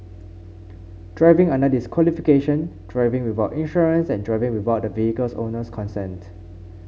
driving under disqualification driving without insurance and driving without the vehicle owner's consent